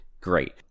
great